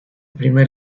primer